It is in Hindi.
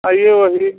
आइए वहीं